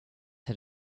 had